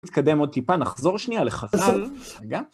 נתקדם עוד טיפה, נחזור שנייה לחזות, רגע